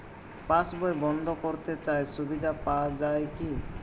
পাশ বই বন্দ করতে চাই সুবিধা পাওয়া যায় কি?